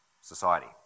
society